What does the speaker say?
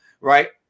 Right